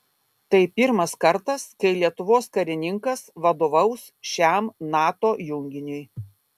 tai pirmas kartas kai lietuvos karininkas vadovaus šiam nato junginiui